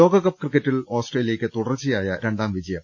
ലോകകപ്പ് ക്രിക്കറ്റിൽ ആസ്ട്രേലിയയ്ക്ക് തുടർച്ചയായ രണ്ടാം വിജയം